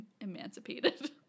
emancipated